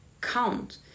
count